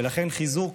ולכן, חיזוק